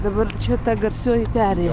dabar čia ta garsioji perėja